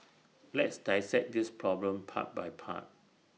let's dissect this problem part by part